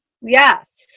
Yes